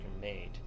made